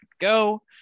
go